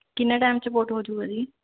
ਕਿੰਨੇ ਟਾਈਮ 'ਚ ਪੋਰਟ ਹੋਜੂਗਾ ਜੀ